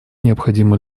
необходимо